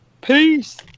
Peace